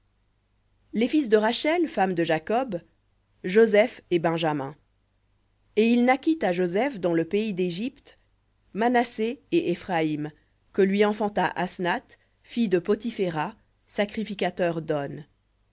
les fils de rachel femme de jacob joseph et benjamin et il naquit à joseph dans le pays d'égypte manassé et éphraïm que lui enfanta asnath fille de poti phéra sacrificateur d'on